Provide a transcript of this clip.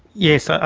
yes, ah